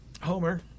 Homer